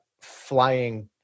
flying